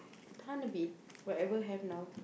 tahan a bit whatever have now